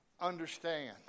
Understand